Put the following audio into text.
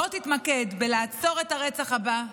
בוא, תתמקד בלעצור את הרצח הבא,